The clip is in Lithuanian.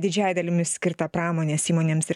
didžiąja dalimi skirtą pramonės įmonėms ir